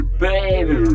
baby